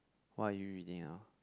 what are you reading now